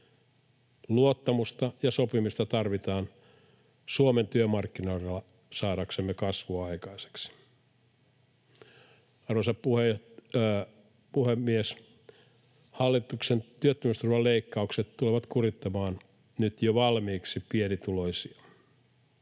Luottamusta ja sopimista tarvitaan Suomen työmarkkinoilla saadaksemme kasvua aikaiseksi. Arvoisa puhemies! Hallituksen työttömyysturvan leikkaukset tulevat kurittamaan nyt jo valmiiksi pienituloisia.